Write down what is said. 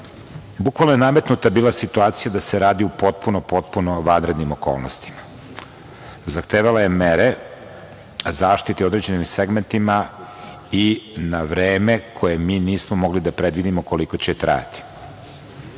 bukvalno je nametnuta bila situacija da se radi u potpuno, potpuno vanrednim okolnostima. Zahtevala je mere zaštite i u određenim segmentima i na vreme koje mi nismo mogli da predvidimo koliko će trajati.